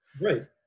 right